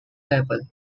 level